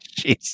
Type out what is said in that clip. Jeez